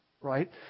right